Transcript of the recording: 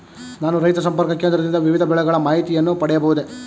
ನಾನು ರೈತ ಸಂಪರ್ಕ ಕೇಂದ್ರದಿಂದ ವಿವಿಧ ಬೆಳೆಗಳ ಮಾಹಿತಿಯನ್ನು ಪಡೆಯಬಹುದೇ?